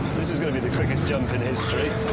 this is going to be the quickest jump in history.